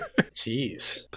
jeez